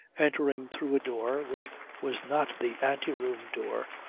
entering through a door which was not the anteroom door,